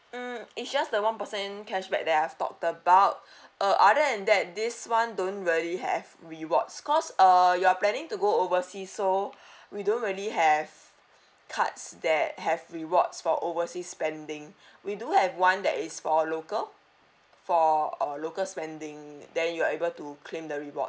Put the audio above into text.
hmm it's just the one percent cashback that I've talked about uh other than that this one don't really have rewards cause uh you're planning to go overseas so we don't really have cards that have rewards for overseas spending we do have one that is for local for uh local spending then you're able to claim the reward